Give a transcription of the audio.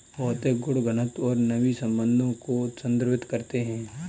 भौतिक गुण घनत्व और नमी संबंधों को संदर्भित करते हैं